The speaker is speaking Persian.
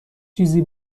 چیزی